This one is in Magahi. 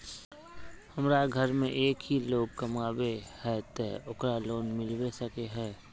हमरा घर में एक ही लोग कमाबै है ते ओकरा लोन मिलबे सके है?